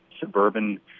suburban